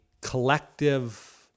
collective